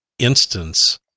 Instance